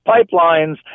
pipelines